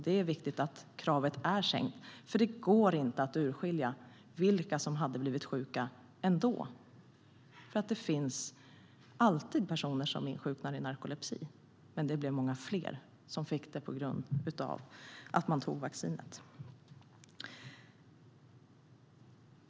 Det är viktigt att kravet är sänkt, för det går inte att urskilja vilka som hade blivit sjuka ändå. Det finns ju alltid personer som insjuknar i narkolepsi, men det blev många fler som fick det på grund av att de tog vaccinet.